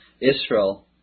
Israel